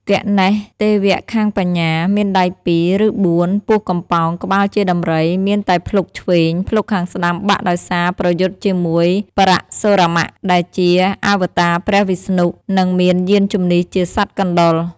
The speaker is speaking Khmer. គណេស (ទេវៈខាងបញ្ញា មានដៃ២ ឬ៤ ពោះកំប៉ោង ក្បាលជាដំរី មានតែភ្លុកឆ្វេង ភ្លុកខាងស្តាំបាក់ដោយសារប្រយុទ្ធជាមួយបរសុរាមៈ ដែលជាអវតារព្រះវិស្ណុ និងមានយានជិនះជាសត្វកណ្តុរ)។